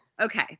Okay